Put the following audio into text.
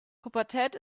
pubertät